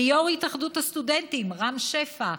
ליו"ר התאחדות הסטודנטים רם שפע,